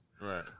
Right